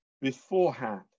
beforehand